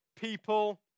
people